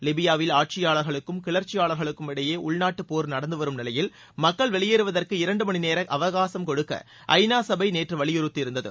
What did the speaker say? லிபியாவில் ஆட்சியாளர்களும் கிளர்ச்சியாளர்களுக்கும் இடையே உள்நாட்டு போர் நடந்து வரும் நிலையில் மக்கள் வெளியேறுவதற்கு இரண்டு மணி நேரம் அவகாசும் கொடுக்க ஐநா சடை நேற்று வலியுறுத்தியிருந்தது